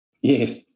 Yes